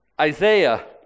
Isaiah